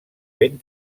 ben